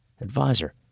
Advisor